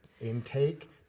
intake